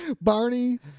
barney